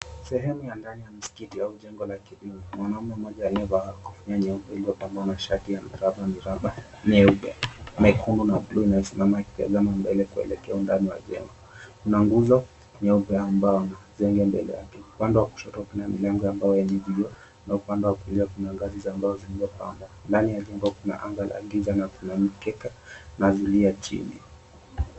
Sehemu ya ndani ya msikiti au jengo la kidini. Mwanaume mmoja aliyevaa kofia nyeupe iliyopambwa na shati ya mirabamiraba mieupe, miekundu na buluu anayesimama akitazama mbele kuelekea undani wa jengo. Kuna nguzo nyeupe au mbao na zenge mbele yake. Upande wa kushoto kuna milango ya mbao yenye vioo na upande wa kando kuna ngazi za mbao zilizopangwa. Ndani ya jengo kuna anga na kuna mikeka na zulia chini.